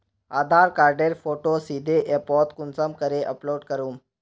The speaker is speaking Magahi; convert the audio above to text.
आधार कार्डेर फोटो सीधे ऐपोत कुंसम करे अपलोड करूम?